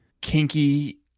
kinky